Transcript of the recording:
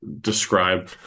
describe